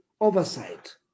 oversight